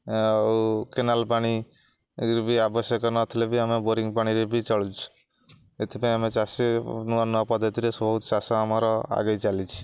ଆଉ କେନାଲ ପାଣି ବି ଆବଶ୍ୟକ ନଥିଲେ ବି ଆମେ ବୋରିଂ ପାଣିରେ ବି ଚଳୁଛୁ ଏଥିପାଇଁ ଆମେ ଚାଷୀ ନୂଆ ନୂଆ ପଦ୍ଧତିରେ ବହୁତ ଚାଷ ଆମର ଆଗେଇ ଚାଲିଛି